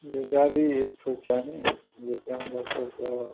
जे गाड़ी एक ठो चाही जेकर हमरा सबके